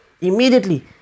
Immediately